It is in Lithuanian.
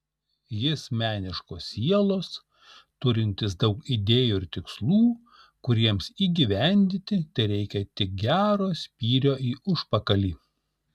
jis meniškos sielos turintis daug idėjų ir tikslų kuriems įgyvendinti tereikia tik gero spyrio į užpakalį